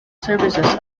services